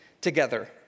together